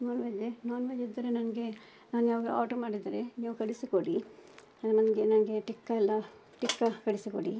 ನಾನ್ veg non veg ಇದ್ದರೆ ನನಗೆ ನಾನು ಯಾವಾಗಲೂ ಆರ್ಡರ್ ಮಾಡಿದರೆ ನೀವು ಕಳಿಸಿಕೊಡಿ ನಮಗೆ ನನಗೆ ಟಿಕ್ಕಯೆಲ್ಲ ಟಿಕ್ಕ ಕಳಿಸಿಕೊಡಿ